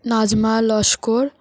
Nazma Laskar